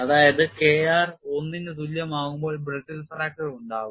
അതായത് K r 1 ന് തുല്യമാകുമ്പോൾ brittle fracture ഉണ്ടാകും